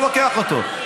לא לוקח אותו,